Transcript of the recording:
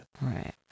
Right